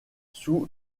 sous